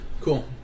cool